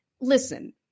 listen